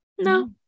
no